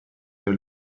del